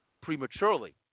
prematurely